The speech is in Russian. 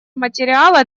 материала